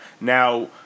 Now